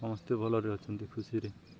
ସମସ୍ତେ ଭଲରେ ଅଛନ୍ତି ଖୁସିରେ